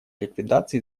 ликвидации